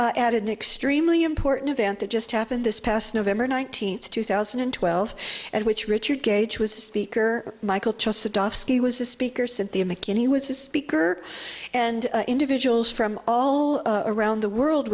india at an extremely important event that just happened this past november nineteenth two thousand and twelve and which richard gage was speaker michel chossudovsky was a speaker cynthia mckinney was a speaker and individuals from all around the world